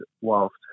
whilst